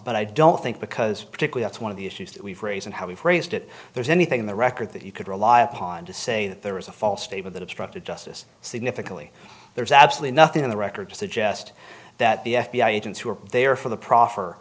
but i don't think because particular that's one of the issues that we've raised and how we've raised it there's anything in the record that you could rely upon to say that there was a false statement that obstructed justice significantly there's absolutely nothing in the record to suggest that the f b i agents who were there for the pro